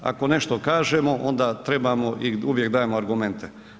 Ako nešto kažemo, onda trebamo i uvijek dajemo argumente.